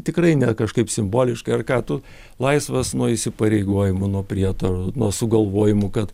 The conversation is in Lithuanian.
tikrai ne kažkaip simboliškai ar ką tu laisvas nuo įsipareigojimų nuo prietarų nuo sugalvojimų kad